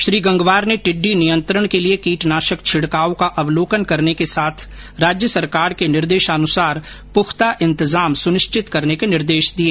श्री गंगवार ने टिड़डी नियंत्रण के लिए कीटनाशक छिडकाव का अवलोकन करने के साथ राज्य सरकार के निर्देशानुसार पुख्ता इंतजाम सुनिश्चित करने के निर्देश दिए